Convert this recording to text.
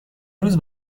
روز